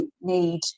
need